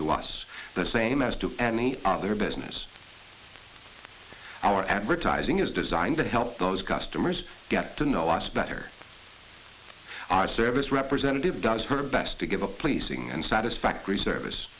to us the same as to me their business our advertising is designed to help those customers get to know us better our service representative does her best to give a pleasing and satisfactory service